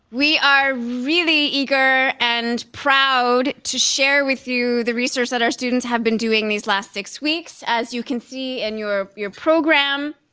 we are really eager and proud to share with you the research that our students have been doing these last six weeks, as you can see and in your program,